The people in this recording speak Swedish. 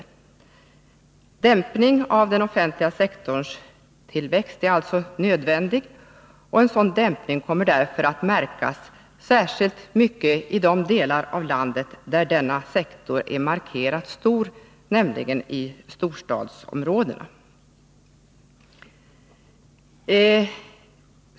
En dämpning av den offentliga sektorns tillväxt är därför nödvändig — en dämpning som måste märkas särskilt mycket där denna sektor är markerat stor, nämligen i storstadsområdena.